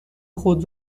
خود